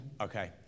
Okay